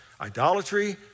Idolatry